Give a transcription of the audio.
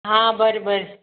ಹಾಂ ಬನ್ರಿ ಬನ್ರಿ